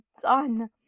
done